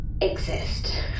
exist